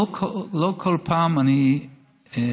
לא כל פעם אני שמח